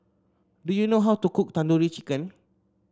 do you know how to cook Tandoori Chicken